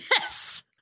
Yes